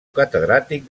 catedràtic